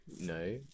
No